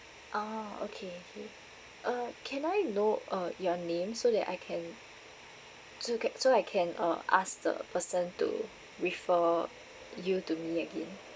ah okay okay uh can I know uh your name so that I can to get so I can uh ask the person to refer you to me again